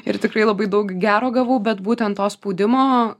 ir tikrai labai daug gero gavau bet būtent to spaudimo